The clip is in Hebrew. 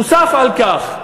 נוסף על כך,